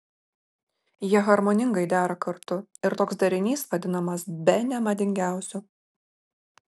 jie harmoningai dera kartu ir toks derinys vadinamas bene madingiausiu